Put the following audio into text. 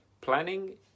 planning